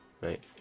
Right